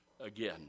again